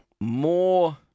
more